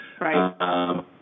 right